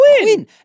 win